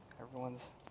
everyone's